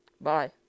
Bye